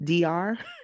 dr